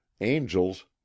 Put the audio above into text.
angels